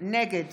נגד